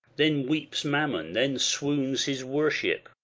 then weeps mammon then swoons his worship.